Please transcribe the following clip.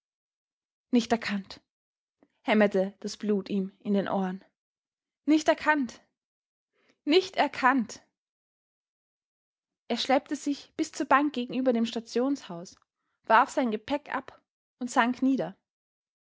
nicht erkannt hämmerte das blut ihm in den ohren nicht erkannt nicht erkannt er schleppte sich bis zur bank gegenüber dem stationshaus warf sein gepäck ab und sank nieder